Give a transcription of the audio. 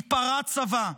ייפרע צבא.